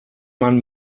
man